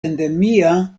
endemia